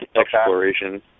exploration